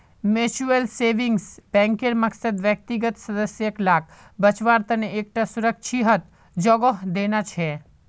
mutual savings बैंकेर मकसद व्यक्तिगत सदस्य लाक बच्वार तने एक टा सुरक्ष्हित जोगोह देना छे